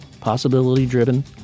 possibility-driven